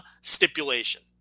stipulation